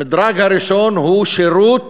המדרג הראשון הוא שירות